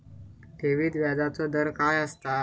ठेवीत व्याजचो दर काय असता?